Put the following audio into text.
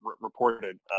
reported